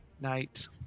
night